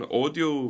audio